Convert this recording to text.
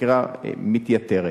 והחקירה מתייתרת.